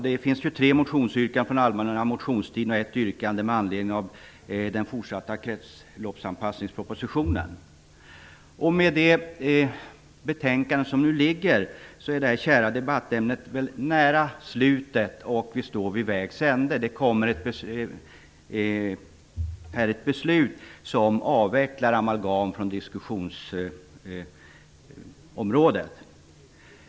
Det finns tre motionsyrkande från allmänna motionstiden och ett yrkande med anledning av propositionen om den fortsatta kretsloppsanpassningen. I och med det betänkande som nu föreligger står vi vid vägs ände och det här debattämnet är nära sitt slut. Det beslut som skall fattas kommer att avföra amalgam från diskussionsområdet.